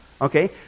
Okay